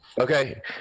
Okay